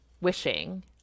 wishing